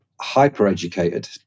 hyper-educated